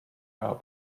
are